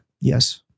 Yes